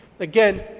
Again